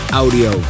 audio